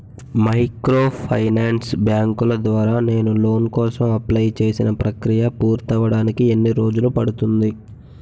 Microfinance బ్యాంకుల ద్వారా నేను లోన్ కోసం అప్లయ్ చేసిన ప్రక్రియ పూర్తవడానికి ఎన్ని రోజులు పడుతుంది?